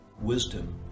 wisdom